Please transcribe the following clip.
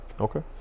Okay